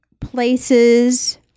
places